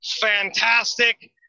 fantastic